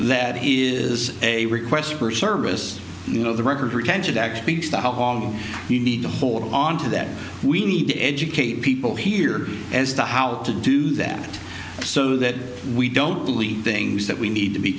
that is a request for a service you know the record retention act beats the how long you need to hold onto that we need to educate people here as to how to do that so that we don't believe things that we need to be